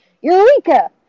Eureka